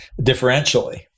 differentially